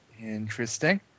Interesting